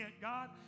God